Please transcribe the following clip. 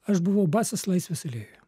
aš buvau basas laisvės alėjoje